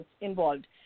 involved